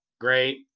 great